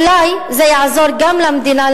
אולי זה יעזור גם למדינה,